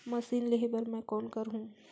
Machine लेहे बर मै कौन करहूं?